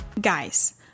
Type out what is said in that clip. Guys